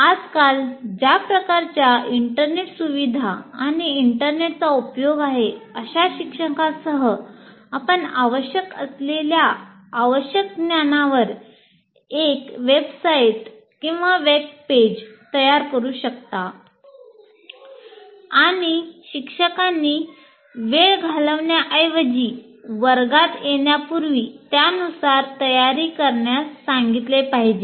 आजकाल ज्या प्रकारच्या इंटरनेट सुविधा आणि इंटरनेटचा उपयोग आहे अशा शिक्षकांसह आपण आवश्यक असलेल्या आवश्यक ज्ञानावर एक वेबसाइट वेबपेज तयार करू शकता आणि शिक्षकांनी वेळ घालवण्याऐवजी वर्गात येण्यापूर्वी त्यानुसार तयारी करण्यास सांगितले पाहिजे